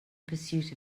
pursuit